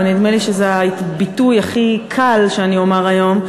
ונדמה לי שזה הביטוי הכי קל שאני אומר היום,